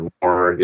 more